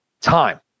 time